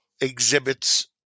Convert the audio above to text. exhibits